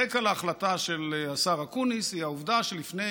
הרקע להחלטה של השר אקוניס הוא העובדה שלפני